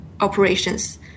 operations